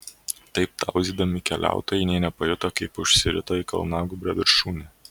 taip tauzydami keliautojai nė nepajuto kaip užsirito į kalnagūbrio viršūnę